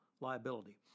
liability